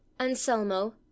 anselmo